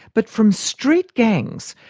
but from street gangs.